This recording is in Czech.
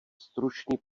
stručný